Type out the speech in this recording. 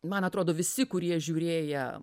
man atrodo visi kurie žiūrėję